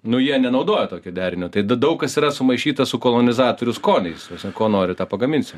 nu jie nenaudoja tokio derinio tai daug kas yra sumaišyta su kolonizatorių skoniais ta prasme ko nori tą pagaminsi